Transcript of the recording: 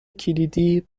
کلیدی